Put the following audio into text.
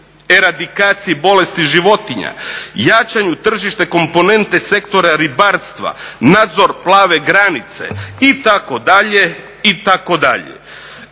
eradikaciji bolesti životinja, jačanju tržišta komponente sektora ribarstva, nadzor plave granice itd., itd.